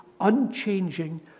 unchanging